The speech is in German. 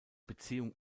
beziehung